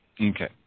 Okay